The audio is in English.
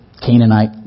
Canaanite